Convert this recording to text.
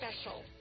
special